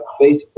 Facebook